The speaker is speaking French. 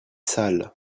sale